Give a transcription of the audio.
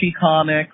comics